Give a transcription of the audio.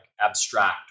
abstract